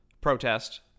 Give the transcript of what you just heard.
protest